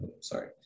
Sorry